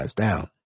down